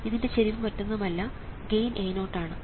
ഇതിന്റെ ചെരിവ് മറ്റൊന്നുമല്ല ഗെയിൻ A0 ആണ്